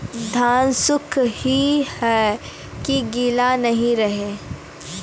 धान सुख ही है की गीला नहीं रहे?